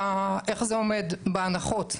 איך זה עומד בהנחות.